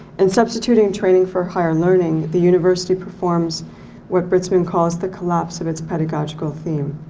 and substituting training for higher learning the university performs what britzman calls the collapse of its pedagogical theme.